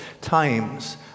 times